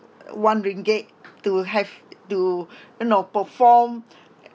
one ringgit to have to you know perform